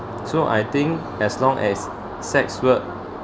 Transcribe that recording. so I think as long as sex work